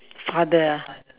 father ah